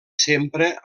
sempre